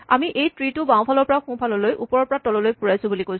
আমি এই ট্ৰী টো বাওঁ ফালৰ পৰা সোঁফাললৈ ওপৰৰ পৰা তললৈ পুৰাইছো বুলি কৈছো